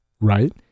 right